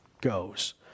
goes